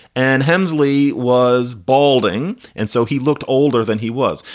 and hemsley was balding. and so he looked older than he was.